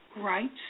right